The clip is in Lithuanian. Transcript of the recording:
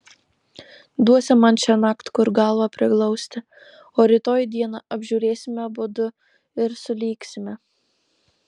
duosi man šiąnakt kur galvą priglausti o rytoj dieną apžiūrėsime abudu ir sulygsime